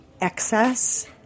excess